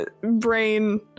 brain